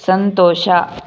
ಸಂತೋಷ